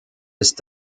ist